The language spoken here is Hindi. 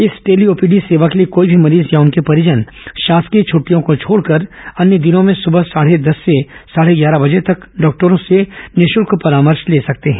इस टेली ओपीडी सेवा के लिए कोई भी मरीज या उनके परिजन शासकीय छदिटयों को छोडकर अन्य दिनों में सुबह साढ़े दस से साढ़े ग्यारह बजे तक डॉक्टरों से निःशुल्क परामर्श ले सकते हैं